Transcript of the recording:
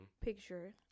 picture